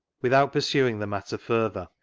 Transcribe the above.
without pursuing the matter further,